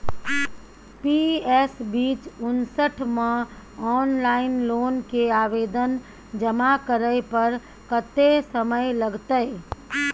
PS बीच उनसठ म ऑनलाइन लोन के आवेदन जमा करै पर कत्ते समय लगतै?